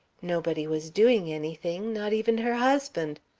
nobody was doing anything, not even her husband.